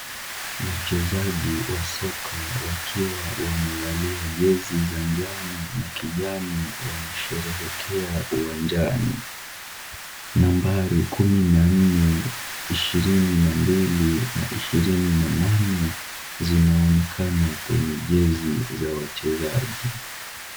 Wachezaji wa soka wakiwa wamevalia jezi za njano na kijani wanasherehekea uwanjani . Nambari kumi na nne , ishirini na mbili na ishirini na nane zinaonekana kwenye jezi za wachezaji.